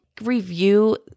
review